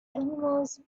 animals